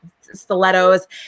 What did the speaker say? stilettos